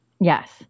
Yes